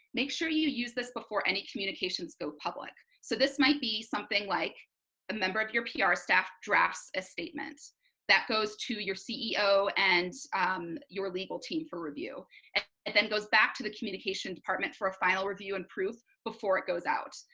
make sure you use this before any communications go public. so this might be something like a member of your pr ah staff drafts a statement that goes to your ceo and your legal team for review and then goes back to the communications department for a final review and proofs before it goes out.